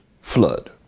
Flood